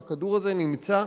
והכדור הזה נמצא,